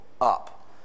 up